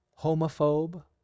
homophobe